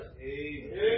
Amen